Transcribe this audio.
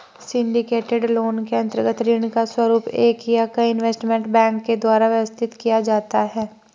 syndicated loan के अंतर्गत ऋण का स्वरूप एक या कई इन्वेस्टमेंट बैंक के द्वारा व्यवस्थित किया जाता है